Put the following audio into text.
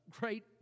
great